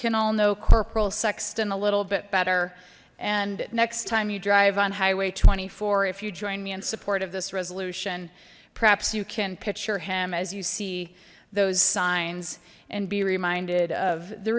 can all know corporal sexton a little bit better and next time you drive on highway twenty four if you join me in support of this resolution perhaps you can picture him as you see those signs and be reminded of the